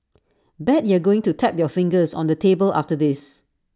bet you're going to tap your fingers on the table after this